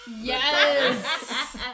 Yes